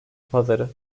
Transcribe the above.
pazarı